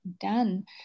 done